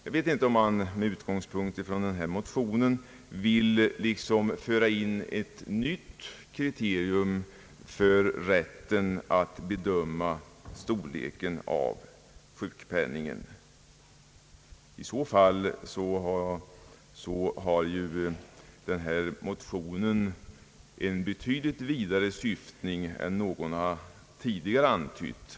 Jag vet inte om man med utgångspunkt från denna motion vill föra in ett nytt kriterium för bedömning av sjukpenningens storlek. I så fall har motionen en betydligt vidare syftning än någon tidigare har antytt.